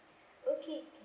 okay